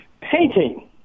painting